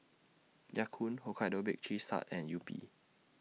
Ya Kun Hokkaido Baked Cheese Tart and Yupi